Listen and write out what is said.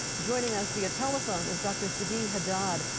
joining us via telephone is dr. fadi haddad,